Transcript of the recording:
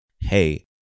hey